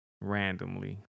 randomly